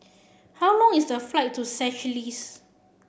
how long is the flight to Seychelles